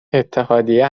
اتحادیه